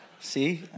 See